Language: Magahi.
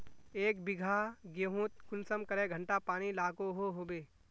एक बिगहा गेँहूत कुंसम करे घंटा पानी लागोहो होबे?